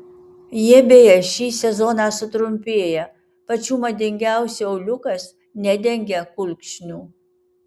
jie beje šį sezoną sutrumpėja pačių madingiausių auliukas nedengia kulkšnių